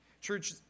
Church